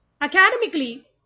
Academically